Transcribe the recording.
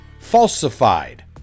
falsified